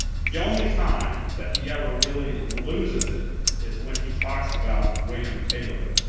the only time that he ever really loses it is when he talks about william taylor.